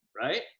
right